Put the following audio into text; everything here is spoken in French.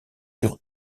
sur